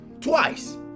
twice